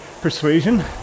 persuasion